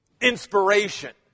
inspiration